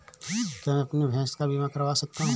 क्या मैं अपनी भैंस का बीमा करवा सकता हूँ?